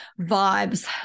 vibes